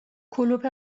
کلوپ